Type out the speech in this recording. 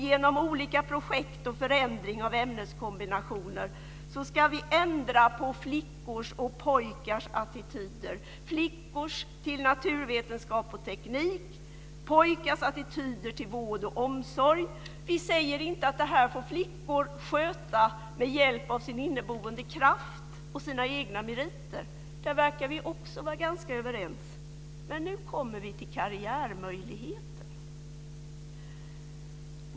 Genom olika projekt och förändring av ämneskombinationer ska vi ändra på flickors och pojkars attityder, flickors till naturvetenskap och teknik, pojkars attityder till vård och omsorg. Vi säger inte att det här får flickor sköta med hjälp av sin inneboende kraft och sina egna meriter. Där verkar vi också vara ganska överens. Men nu kommer vi till karriärmöjligheten.